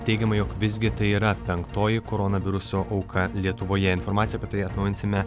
teigiama jog visgi tai yra penktoji koronaviruso auka lietuvoje informaciją apie tai atnaujinsime